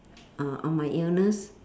uh on my illness